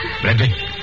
Bradley